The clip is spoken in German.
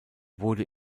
wurde